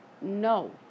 No